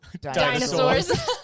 Dinosaurs